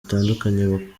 zitandukanye